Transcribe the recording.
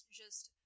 just-